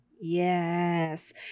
Yes